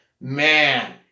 man